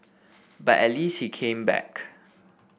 but at least he came back